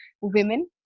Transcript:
women